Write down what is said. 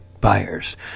buyers